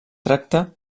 tracta